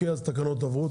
התקנות עברו.